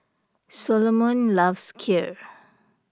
Solomon loves Kheer